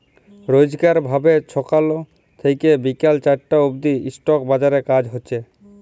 রইজকার ভাবে ছকাল থ্যাইকে বিকাল চারটা অব্দি ইস্টক বাজারে কাজ হছে